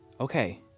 Okay